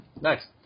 Next